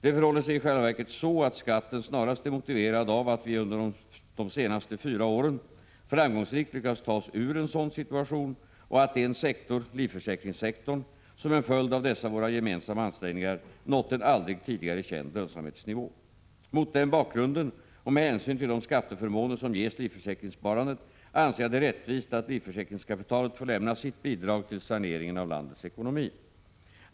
Det förhåller sig i själva verket så att skatten snarast är motiverad av att vi under de senaste fyra åren framgångsrikt lyckats ta oss ur en sådan situation och att en sektor — livförsäkringssektorn — som en följd av dessa våra gemensamma ansträngningar nått en aldrig tidigare känd lönsamhetsnivå. Mot den bakgrunden och med hänsyn till de skatteförmåner som ges livförsäkringssparandet anser jag det rättvist att livförsäkringskapitalet får lämna sitt bidrag till saneringen av landets ekonomi.